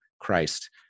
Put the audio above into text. Christ